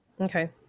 Okay